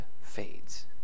fades